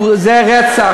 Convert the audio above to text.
זה רצח,